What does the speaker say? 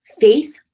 faith